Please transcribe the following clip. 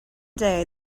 day